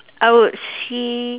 I would see